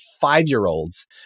five-year-olds